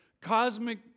cosmic